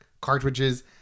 cartridges